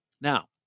Now